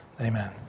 Amen